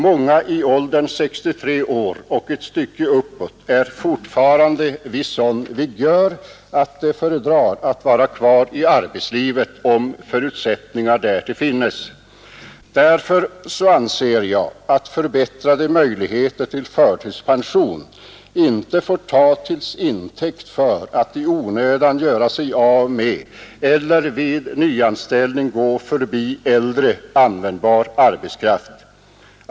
Många i åldern 63 och uppåt är fortfarande vid sådan vigör att de föredrar att vara kvar i arbetslivet om förutsättningar därtill finns. Därför anser jag att förbättrade möjligheter till förtidspension inte får tas till intäkt för att i onödan göra sig av med eller vid nyanställning gå förbi äldre användbar arbetskraft.